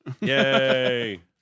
Yay